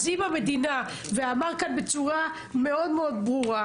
אמור כאן בצורה מאוד ברורה